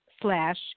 slash